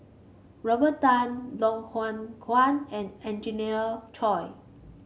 Robert Tan Loh Hoong Kwan and Angelina Choy